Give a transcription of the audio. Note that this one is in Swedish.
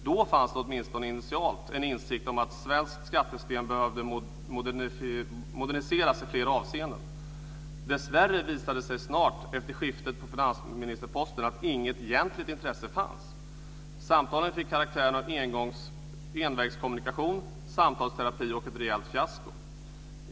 Då fanns det åtminstone initialt en insikt om att svenskt skattesystem behövde moderniseras i flera avseenden. Dessvärre visade det sig snart, efter skiftet på finansministerposten, att det inte fanns något egentligt intresse. Samtalen fick karaktären av envägskommunikation, samtalsterapi och ett rejält fiasko.